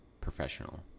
professional